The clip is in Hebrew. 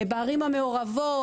בערים המעורבות,